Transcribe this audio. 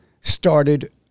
started